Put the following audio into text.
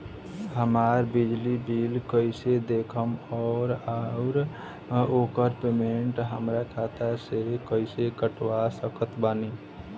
हमार बिजली बिल कईसे देखेमऔर आउर ओकर पेमेंट हमरा खाता से कईसे कटवा सकत बानी?